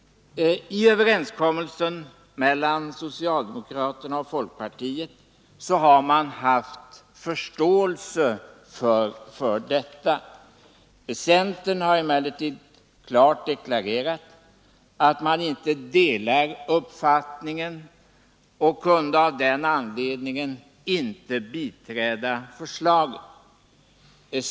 I överenskommelsen mellan socialdemokraterna och folkpartiet har man haft förståelse för detta. Centern har emellertid klart deklarerat att man inte delar den uppfattningen och av den anledningen inte kunnat biträda förslaget.